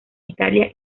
italia